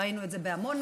ראינו את זה בעמונה,